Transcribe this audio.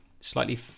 slightly